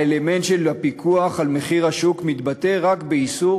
האלמנט של הפיקוח על מחיר השוק מתבטא רק באיסור